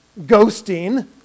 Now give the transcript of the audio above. Ghosting